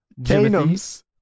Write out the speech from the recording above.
James